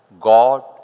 God